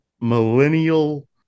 millennial